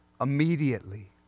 immediately